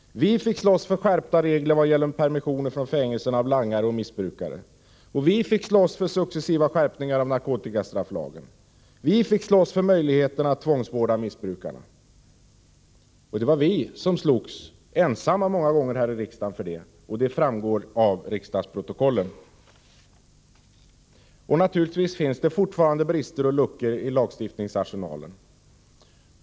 Vi fick slåss för skärpta regler i vad gäller langarnas och missbrukarnas permissioner från fängelserna. Vi fick slåss för successiva skärpningar av narkotikastrafflagen. Vi fick slåss för möjligheterna att tvångsvårda missbrukarna. Det var vi som slogs — många gånger ensamma här i riksdagen — för det. Detta framgår av riksdagsprotokollen. Naturligtvis finns det fortfarande brister och luckor i lagstiftningsarsenalen.